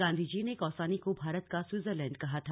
गांधी जी ने कौसानी को भारत का श्स्विटजरलैंडश् कहा था